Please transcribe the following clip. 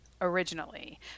originally